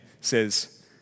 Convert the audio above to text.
says